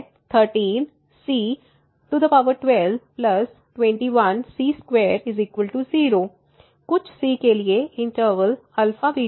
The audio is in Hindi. तो f है 13c1221c20 कुछ c के लिए इनटर्वल α β में